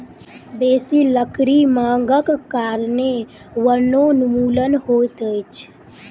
बेसी लकड़ी मांगक कारणें वनोन्मूलन होइत अछि